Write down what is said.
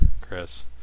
Chris